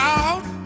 out